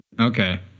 Okay